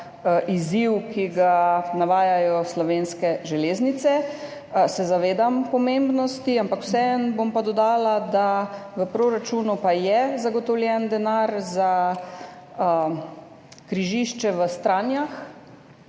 izziv, ki ga navajajo Slovenske železnice. Zavedam se pomembnosti, ampak vseeno bom pa dodala, da je v proračunu zagotovljen denar za križišče v Stranjah,